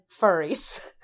furries